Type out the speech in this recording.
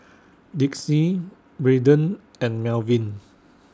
Dixie Braden and Melvin